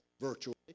virtually